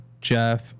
Jeff